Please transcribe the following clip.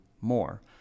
more